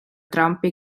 trumpi